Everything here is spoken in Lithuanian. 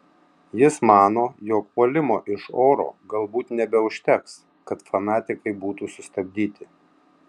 jis mano jog puolimo iš oro galbūt nebeužteks kad fanatikai būtų sustabdyti